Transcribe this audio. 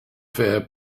fair